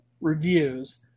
reviews